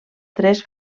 tres